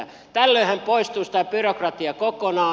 tällöinhän poistuisi tämä byrokratia kokonaan